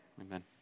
amen